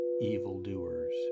evildoers